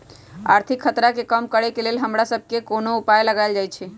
आर्थिक खतरा के कम करेके लेल हमरा सभके कोनो उपाय लगाएल जाइ छै